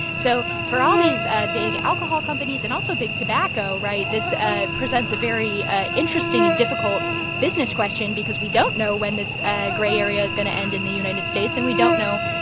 so for all these ah big alcohol companies and also big tobacco, right? this ah presents a very ah interesting and difficult business question because we don't know when this ah gray area is going to end in the united states. and we don't know,